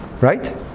Right